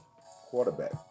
quarterback